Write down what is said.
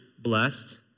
blessed